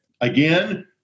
Again